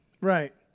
right